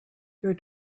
your